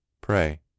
pray